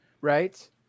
right